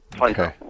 Okay